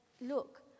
look